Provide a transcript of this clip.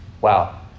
Wow